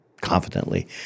confidently